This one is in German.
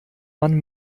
man